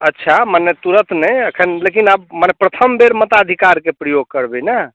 अच्छा मने तुरन्त नहि एखन लेकिन आब मने प्रथम बेर मतलब मताधिकारके प्रयोग करबै ने